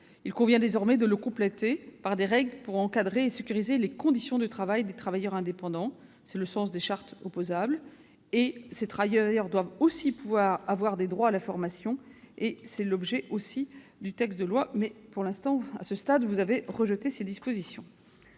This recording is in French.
Il convient désormais de le compléter par des règles pour encadrer et sécuriser les conditions de travail des travailleurs indépendants. C'est le sens des chartes opposables. Ces travailleurs doivent aussi pouvoir bénéficier de droits à la formation. C'était l'objet du présent projet de loi, mais, à ce stade, vous avez rejeté ces dispositions.